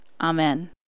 amen